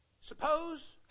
Suppose